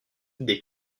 des